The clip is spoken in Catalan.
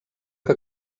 que